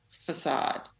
facade